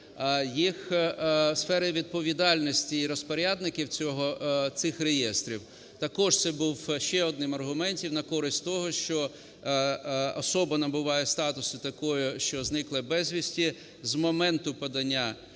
їх сфери відповідальності і розпорядників цього... цих реєстрів, також це було ще одним аргументом на користь того, що особа набуває статусу такої, що зникла безвісти з моменту подання